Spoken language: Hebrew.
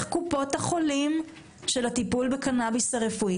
קופות החולים של טיפול בקנביס רפואי.